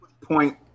point